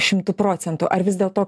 šimtu procentų ar vis dėlto